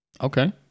Okay